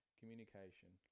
communication